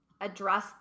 address